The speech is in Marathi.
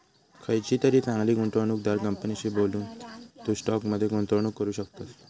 खयचीतरी चांगली गुंवणूकदार कंपनीशी बोलून, तू स्टॉक मध्ये गुंतवणूक करू शकतस